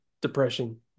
Depression